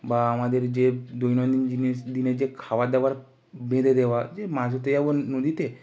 বা আমাদের যে দৈনন্দিন জিনিস দিনে যে খাবার দাবার বেঁধে দেওয়া যে মাছ ধরতে যাবো নদীতে